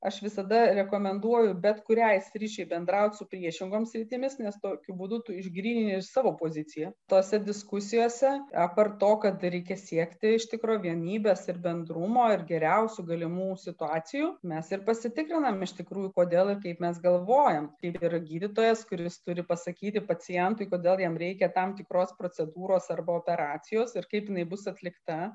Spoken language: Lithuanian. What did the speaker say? aš visada rekomenduoju bet kuriai sričiai bendraut su priešingomis sritimis nes tokiu būdutu išgrynini ir savo poziciją tose diskusijose aptart kad reikia siekti iš tikro vienybės ir bendrumo ir geriausių galimų situacijų mes ir pasitikrinam iš tikrųjų kodėl kaip mes galvojam kaip ir gydytojas kuris turi pasakyti pacientui kodėl jam reikia tam tikros procedūros arba operacijos ir kaip jinai bus atlikta